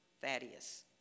Thaddeus